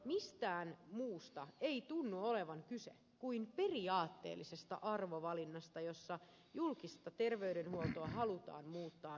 mistään muusta ei tunnu olevan kyse kuin periaatteellisesta arvovalinnasta jossa julkista terveydenhuoltoa halutaan muuttaa yksityiseksi